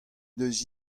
eus